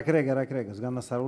רק רגע, רק רגע, סגן השר.